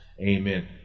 Amen